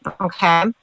Okay